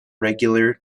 regular